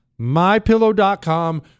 MyPillow.com